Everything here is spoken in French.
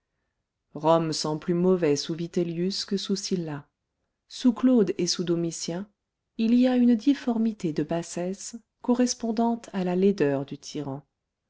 rome sent plus mauvais sous vitellius que sous sylla sous claude et sous domitien il y a une difformité de bassesse correspondante à la laideur du tyran